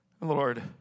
Lord